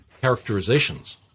characterizations